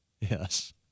Yes